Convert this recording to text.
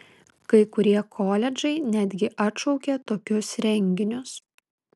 kai kurie koledžai netgi atšaukė tokius renginius